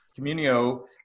Communio